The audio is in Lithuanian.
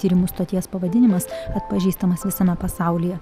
tyrimų stoties pavadinimas atpažįstamas visame pasaulyje